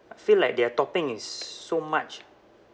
I feel like their topping is so much